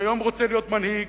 שהיום רוצה להיות מנהיג.